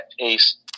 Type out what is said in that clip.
taste